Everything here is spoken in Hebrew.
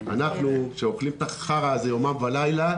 אנחנו, שאוכלים את החרה הזה יומם ולילה,